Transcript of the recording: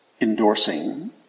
endorsing